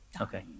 okay